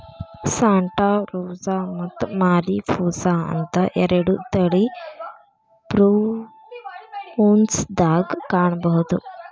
Santa Rosa ಮತ್ತ Mariposa ಅಂತ ಎರಡು ತಳಿ ಪ್ರುನ್ಸ್ ದಾಗ ಕಾಣಬಹುದ